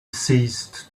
ceased